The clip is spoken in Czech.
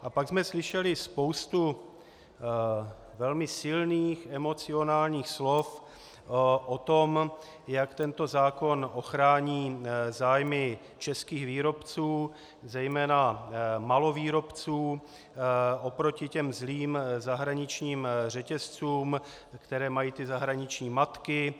A pak jsme slyšeli spoustu velmi silných emocionálních slov o tom, jak tento zákon ochrání zájmy českých výrobců, zejména malovýrobců, oproti zlým zahraničním řetězcům, které mají zahraniční matky.